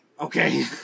okay